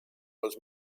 was